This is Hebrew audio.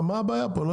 מה הבעיה פה?